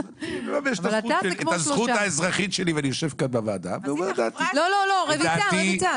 אני אשמח גם להתייחס אחר